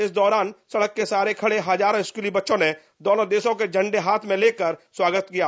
इस दौरान सड़क के सहारे खड़े हजारों स्कूली बच्चों ने दोनों देशो के झंडे हाथ ने लेकर स्वागत किया गया